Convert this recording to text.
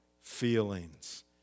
feelings